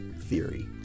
theory